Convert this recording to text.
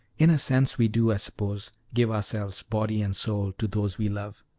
in a sense we do, i suppose, give ourselves, body and soul, to those we love,